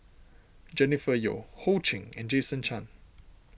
Jennifer Yeo Ho Ching and Jason Chan